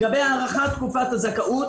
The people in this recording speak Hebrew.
לגבי הארכת תקופת הזכאות